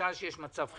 בשעה שיש מצב חירום,